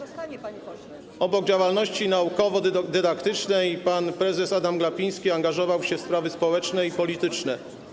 Obok działalności naukowo-dydaktycznej pan prezes Adam Glapiński angażował się w sprawy społeczne i polityczne.